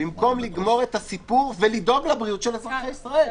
במקום לגמור את הסיפור לדאוג לבריאות של אזרחי ישראל,